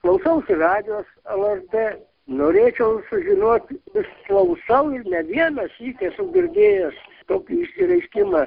klausausi radijos lrt norėčiau sužinoti vis klausau ir ne vienąsyk esu girdėjęs tokį išsireiškimą